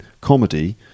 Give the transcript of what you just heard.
comedy